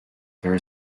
their